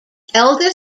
elder